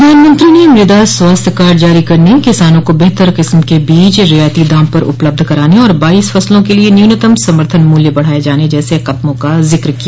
प्रधानमंत्री ने मृदा स्वास्थ्य कार्ड जारी करने किसानों को बेहतर किस्म के बीज रियायती दाम पर उपलब्ध कराने और बाईस फसलों के लिये न्यूनतम समर्थन मूल्य बढ़ाये जाने जैसे कदमों का जिक्र किया